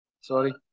sorry